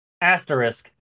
Asterisk